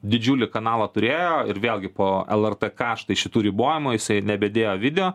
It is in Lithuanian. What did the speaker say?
didžiulį kanalą turėjo ir vėlgi po lrt kaštai šitų ribojimų jisai nebedėjo video